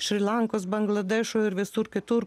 šri lankos bangladešo ir visur kitur